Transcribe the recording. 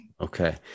okay